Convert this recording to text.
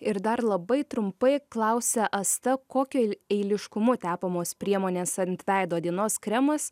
ir dar labai trumpai klausia asta kokiu eiliškumu tepamos priemonės ant veido dienos kremas